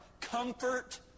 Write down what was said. comfort